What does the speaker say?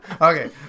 Okay